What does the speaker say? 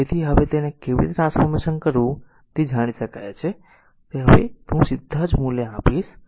તેથી હવે તેને કેવી રીતે ટ્રાન્સફોર્મેશન કરવું તે જાણી શકાય છે હવે હું સીધા જ મૂલ્યો આપીશ